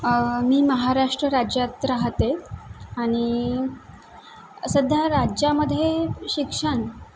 मी महाराष्ट्र राज्यात राहते आणि सध्या राज्यामध्ये शिक्षण